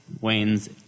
Wayne's